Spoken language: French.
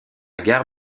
gare